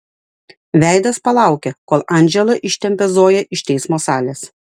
veidas palaukia kol andžela ištempia zoją iš teismo salės